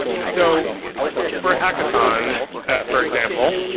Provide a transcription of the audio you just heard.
so for a hackathon for example,